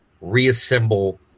reassemble